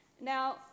Now